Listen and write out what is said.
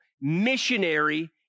missionary